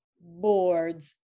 boards